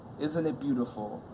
isn't it beautiful,